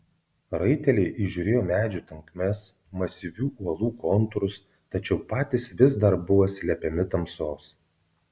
raiteliai įžiūrėjo medžių tankmes masyvių uolų kontūrus tačiau patys vis dar buvo slepiami tamsos